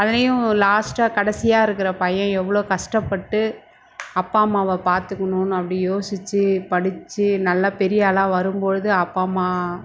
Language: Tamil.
அதிலையும் லாஸ்ட்டாக கடைசியாக இருக்கிற பையன் எவ்வளோ கஷ்டப்பட்டு அப்பா அம்மாவை பார்த்துக்கணுன்னு அப்படி யோசிச்சு படிச்சு நல்லா பெரியாளாக வரும் பொழுது அப்பா அம்மா